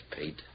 Pete